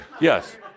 Yes